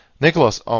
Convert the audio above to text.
Nicholas